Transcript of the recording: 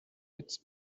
its